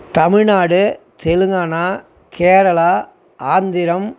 Tamil Nadu Telangana Kerala Andhra